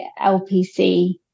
LPC